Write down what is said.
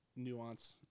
nuance